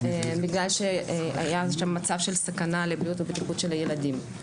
בגלל שהיה מצב של סכנה לבריאות ובטיחות של הילדים.